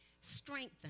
Strengthen